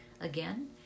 again